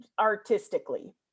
artistically